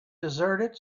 deserted